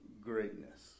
greatness